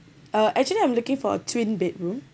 uh actually I'm looking for a twin bedroom